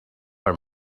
for